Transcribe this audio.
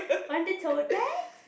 on the tote bag